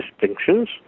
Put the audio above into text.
distinctions